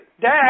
Dad